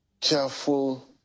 careful